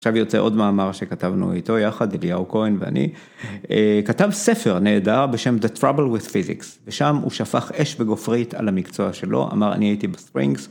עכשיו יוצא עוד מאמר שכתבנו איתו יחד, אליהו כהן ואני, כתב ספר נהדר בשם The Trouble with Physics, ושם הוא שפך אש בגופרית על המקצוע שלו, אמר אני הייתי בספרינגס.